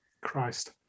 Christ